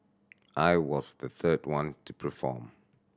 I was the third one to perform